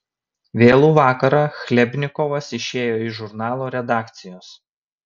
vėlų vakarą chlebnikovas išėjo iš žurnalo redakcijos